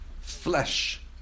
flesh